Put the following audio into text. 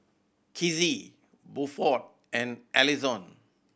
Kizzie Buford and Allyson